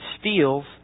steals